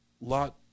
Lot